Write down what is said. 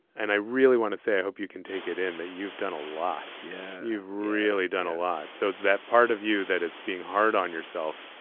and i really want to say i hope you can take it in that you've done a lot. yeah, you've really done a lot. so that part of you that is being hard on yourself,